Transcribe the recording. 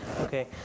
Okay